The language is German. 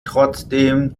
trotzdem